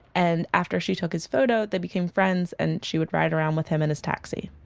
and after she took his photo, they became friends and she would ride around with him in his taxi